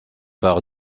par